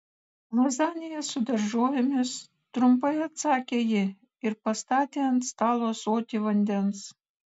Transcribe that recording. lazanija su daržovėmis trumpai atsakė ji ir pastatė ant stalo ąsotį vandens